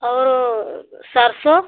और सरसों